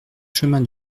chemin